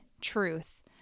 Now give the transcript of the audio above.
truth